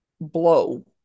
blow